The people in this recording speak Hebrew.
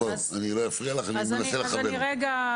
אני לא אפריע לך, אני מנסה לכוון אותך.